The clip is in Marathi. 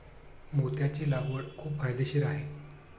मोत्याची लागवड खूप फायदेशीर आहे